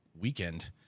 weekend